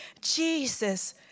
Jesus